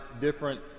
different